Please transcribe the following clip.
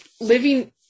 living